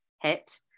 hit